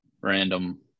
random